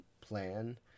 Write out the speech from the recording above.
plan